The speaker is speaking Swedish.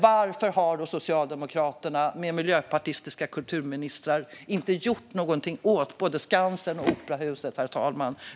Varför har då Socialdemokraterna med sina miljöpartistiska kulturministrar inte gjort något åt vare sig Skansen eller Operan, herr talman?